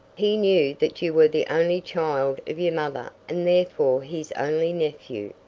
he knew that you were the only child of your mother and therefore his only nephew.